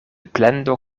plendo